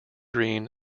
green